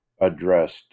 addressed